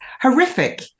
horrific